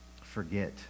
forget